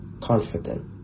confident